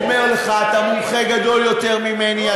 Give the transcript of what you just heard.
אני אומר לך, אתה מומחה גדול יותר ממני.